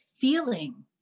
feeling